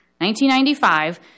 1995